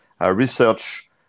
research